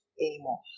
anymore